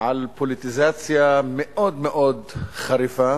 על פוליטיזציה מאוד מאוד חריפה